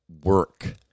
work